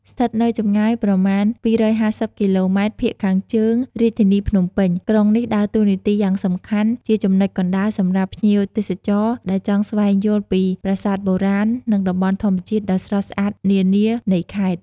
ស្ថិតនៅចម្ងាយប្រមាណ ២៥០ គីឡូម៉ែត្រភាគខាងជើងរាជធានីភ្នំពេញ ក្រុងនេះដើរតួនាទីយ៉ាងសំខាន់ជាចំណុចកណ្ដាលសម្រាប់ភ្ញៀវទេសចរណ៍ដែលចង់ស្វែងយល់ពីប្រាសាទបុរាណ និងតំបន់ធម្មជាតិដ៏ស្រស់ស្អាតនានានៃខេត្ត។